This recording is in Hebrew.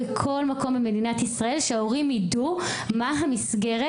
בכל מקום במדינת ישראל שההורים ידעו מה המסגרת